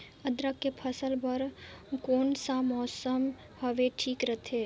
अदरक के फसल बार कोन सा मौसम हवे ठीक रथे?